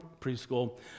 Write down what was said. preschool